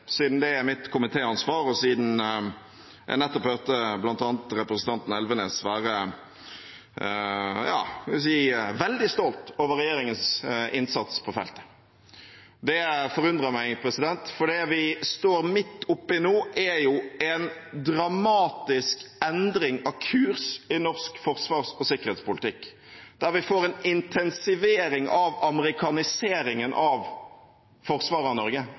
siden det er mitt komitéansvar, og siden jeg nettopp hørte bl.a. representanten Elvenes være veldig stolt over regjeringens innsats på feltet. Det forundrer meg, for det vi står midt oppe i nå, er en dramatisk endring av kurs i norsk forsvars- og sikkerhetspolitikk, der vi får en intensivering av amerikaniseringen av forsvaret av Norge